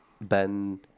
Ben